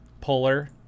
Polar